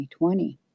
2020